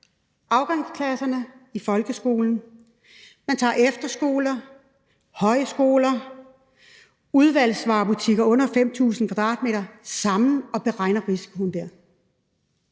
afgangsklasserne i folkeskolen, man tager efterskoler, højskoler, udvalgsvarebutikker under 5.000 m² sammen og beregner risikoen.